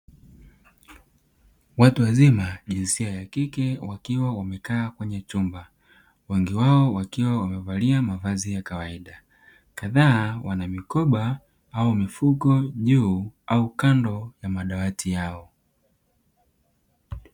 Watu wazima jinsia ya kike wakiwa wamekaa kwenye chumba, wengi wao wakiwa wamevalia mavazi ya kawaida, kadhaa wana mikoba au mifugo juu au kando ya madawati yao.